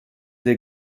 der